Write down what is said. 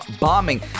bombing